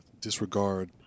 disregard